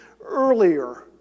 earlier